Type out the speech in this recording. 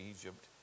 Egypt